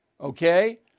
Okay